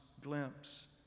glimpse